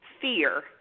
fear